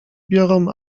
biorą